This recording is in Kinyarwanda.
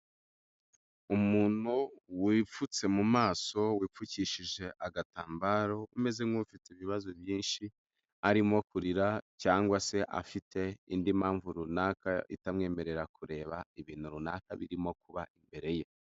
Umuntu wipfutse mu maso wipfukishije agatambaro umeze nk'ufite ibibazo byinshi arimo kurira cyangwa se afite indi mpamvu runaka itamwemerera kureba ibintu runaka birimo kuba imbere ye.